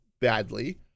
badly